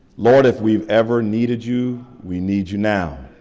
lord, if we've ever needed you, we need you now.